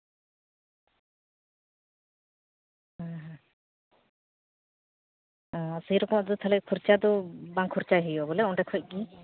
ᱦᱮᱸ ᱦᱮᱸ ᱥᱮᱨᱚᱠᱚᱢ ᱫᱚ ᱛᱟᱦᱞᱮ ᱠᱷᱚᱨᱪᱟ ᱫᱚ ᱵᱟᱝ ᱠᱷᱚᱨᱪᱟᱭ ᱦᱩᱭᱩᱜᱼᱟ ᱵᱚᱞᱮ ᱚᱸᱰᱮ ᱠᱷᱚᱱ ᱜᱮ